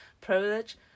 privilege